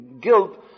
Guilt